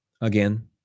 again